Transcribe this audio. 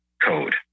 code